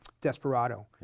Desperado